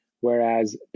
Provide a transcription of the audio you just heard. Whereas